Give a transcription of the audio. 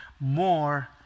more